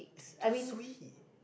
too sweet